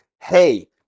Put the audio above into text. hey